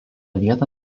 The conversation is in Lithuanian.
vietą